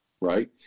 right